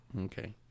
Okay